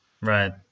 Right